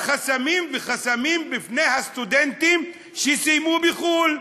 חסמים וחסמים בפני הסטודנטים שסיימו בחו"ל,